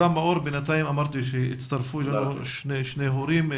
הצטרפו אלינו שני הורים.